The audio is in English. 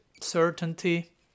certainty